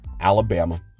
Alabama